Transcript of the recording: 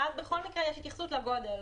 ואז בכל מקרה יש התייחסות לגודל,